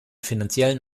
finanziellen